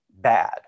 bad